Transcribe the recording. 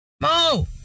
Mo